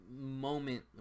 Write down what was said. moment